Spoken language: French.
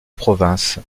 province